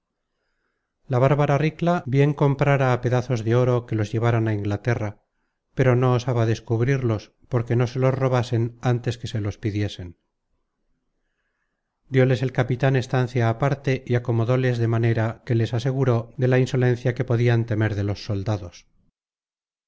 la bárbara ricla bien comprára á pedazos de oro que los lleváran á inglaterra pero no osaba descubrirlos porque no se los robasen ántes que se los pidiesen dióles el capitan estancia aparte y acomodóles de manera que les aseguró de la insolencia que podian temer de los soldados